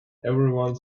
everyone